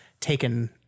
taken